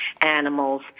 animals